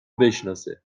بشناسه